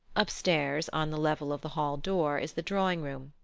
upstairs, on the level of the hall door, is the drawing-room,